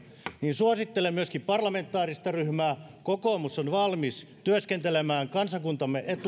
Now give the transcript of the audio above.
niin suosittelen myöskin parlamentaarista ryhmää kokoomus on valmis työskentelemään kansakuntamme